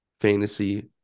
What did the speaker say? fantasy